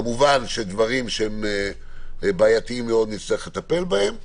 כמובן, דברים מאוד בעייתיים נצטרך לטפל בהם.